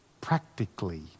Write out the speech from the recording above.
Practically